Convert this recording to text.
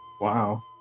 Wow